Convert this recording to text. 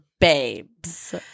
babes